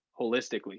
holistically